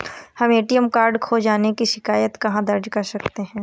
हम ATM card खो जाने की शिकायत कहाँ दर्ज कर सकते हैं?